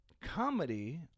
comedy—